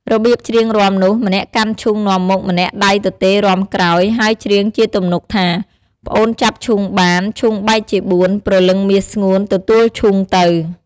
របៀបច្រៀងរាំនោះ ម្នាក់កាន់ឈូងនាំមុខ ម្នាក់ដៃទទេរាំក្រោយ ហើយច្រៀងជាទំនុកថា « ប្អូនចាប់ឈូងបាន ឈូងបែកជាបួន ព្រលឹងមាសស្ងួន ទទួលឈូងទៅ»។